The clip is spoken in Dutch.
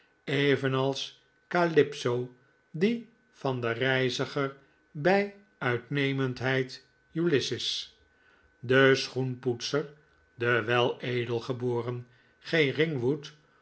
evenals calypso die van dien reiziger bij uitnemendheid ulysses de schoenpoetser de